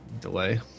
Delay